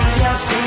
yes